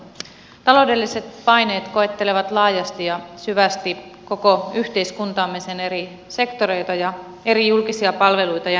taloudelliset paineet koettelevat laajasti ja syvästi koko yhteiskuntaamme sen eri sektoreita ja eri julkisia palveluita ja niiden käyttäjiä